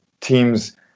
teams